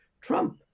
Trump